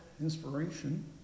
inspiration